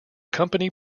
company